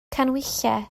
canhwyllau